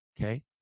okay